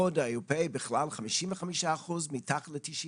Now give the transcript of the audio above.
האיחוד האירופי בכלל, 55 אחוזים מתחת ל-1990,